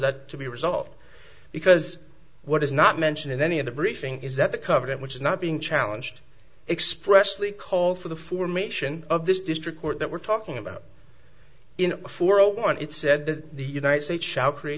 that to be resolved because what is not mentioned in any of the briefing is that the covenant which is not being challenged expression we call for the formation of this district court that we're talking about you know for one it said that the united states shall create